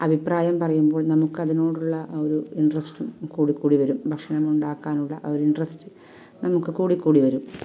അഭിപ്രായം പറയുമ്പോൾ നമുക്ക് അതിനോടുള്ള ആ ഒരു ഇൻട്രസ്റ്റും കൂടി കൂടി വരും ഭക്ഷണം ഉണ്ടാക്കാനുള്ള ആ ഒരു ഇൻട്രസ്റ്റ് നമുക്ക് കൂടി കൂടി വരും